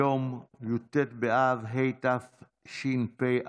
היום י"ט באב התשפ"א,